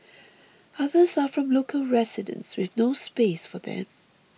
others are from local residents with no space for them